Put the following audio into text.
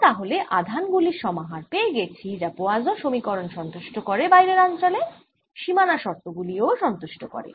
আমরা তাহলে আধান গুলির সমাহার পেয়ে গেছি যা পোয়াসোঁ সমীকরণ সন্তুষ্ট করে বাইরের অঞ্চলে সীমানা শর্ত গুলিও সন্তুষ্ট করে